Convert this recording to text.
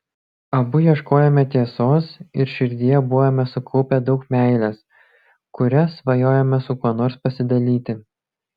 abu ieškojome tiesos ir širdyje buvome sukaupę daug meilės kuria svajojome su kuo nors pasidalyti